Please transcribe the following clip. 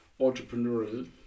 entrepreneurial